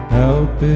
help